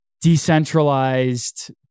decentralized